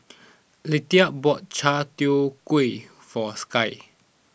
Leatha bought Chai Tow Kway for Sky